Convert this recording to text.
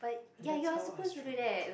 and that's how I struggled